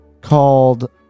called